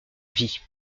vie